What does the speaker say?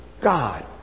God